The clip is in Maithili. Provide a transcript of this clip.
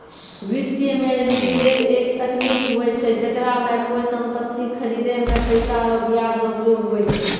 वित्त मे लीवरेज एक तकनीक हुवै छै जेकरा मे कोय सम्पति खरीदे मे पैसा रो ब्याज रो उपयोग हुवै छै